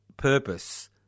purpose